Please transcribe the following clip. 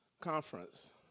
conference